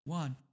one